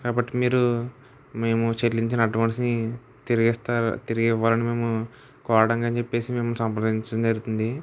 కాబట్టి మీరు మేము చెల్లించిన అడ్వాన్స్ని తిరిగిస్తారని తిరిగి ఇవ్వాలని మేము కోరడానికని చెప్పేసి మిమ్మల్ని సంప్రదించడం జరుగుతుంది